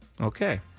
Okay